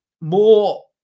more